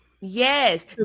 yes